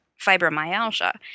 fibromyalgia